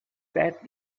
that